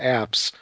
apps